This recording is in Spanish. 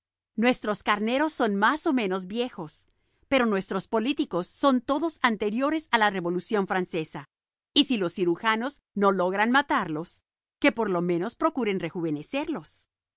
nuestros carneros son más o menos viejos pero nuestros políticos son todos anteriores a la revolución francesa y si los cirujanos no logran matarlos que por lo menos procuren rejuvenecerlos